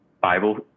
Bible